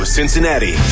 Cincinnati